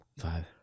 Five